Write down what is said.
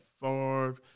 Favre